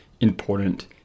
important